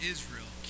Israel